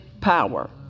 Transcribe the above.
power